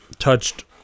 touched